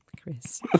Chris